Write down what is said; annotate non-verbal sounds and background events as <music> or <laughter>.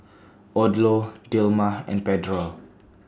Odlo Dilmah and Pedro <noise>